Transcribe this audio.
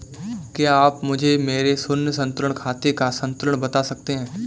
क्या आप मुझे मेरे शून्य संतुलन खाते का संतुलन बता सकते हैं?